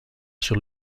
sur